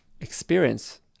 experience